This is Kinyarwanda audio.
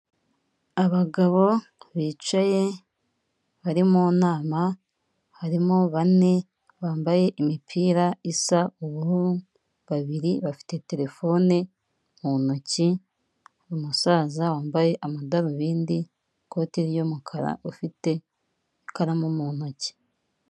Abagabo bicaye bari mu nama harimo bane bambaye imipira isa ubururu babiri bafite terefone mu ntoki, umusaza wambaye amadarubindi ikoti ry'umukara ufite ikaramu mu ntoki.